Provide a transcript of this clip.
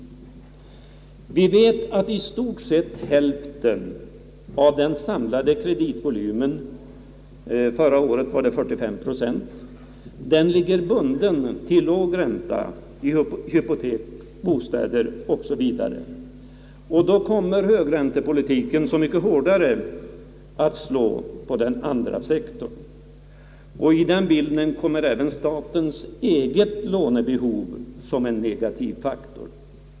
Vi vet att i stort sett hälften av den samlade kreditvolymen — förra året 45 procent — ligger bunden till en låg ränta i hypotek, bostäder 0. s. v., och till följd därav kommer högräntepolitiken att så mycket hårdare drabba den andra sektorn. I den bilden kommer även statens eget lånebehov till som en negativ faktor.